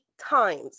times